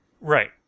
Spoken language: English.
Right